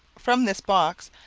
from this box,